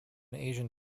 asian